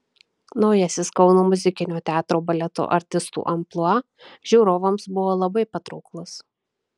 naujasis kauno muzikinio teatro baleto artistų amplua žiūrovams buvo labai patrauklus